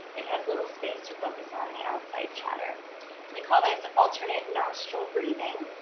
it has little space to focus on the outside chatter. so we call this alternate nostril breathing.